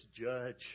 judge